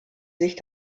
sich